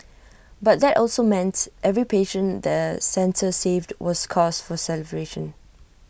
but that also meant every patient the centre saved was cause for celebration